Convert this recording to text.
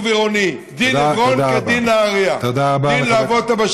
עירוני: דין עברון כדין נהריה תודה רבה.